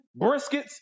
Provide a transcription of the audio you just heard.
briskets